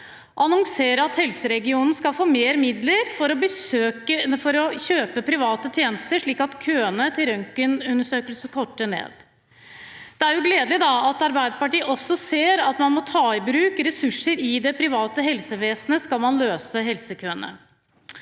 annonserte at helseregionen skulle få mer midler for å kjøpe private tjenester, slik at køene til røntgenundersøkelse kortes ned. Det er jo gledelig at Arbeiderpartiet også ser at man må ta i bruk ressurser i det private helsevesenet hvis man skal redusere helsekøene.